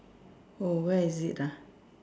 oh where is it ah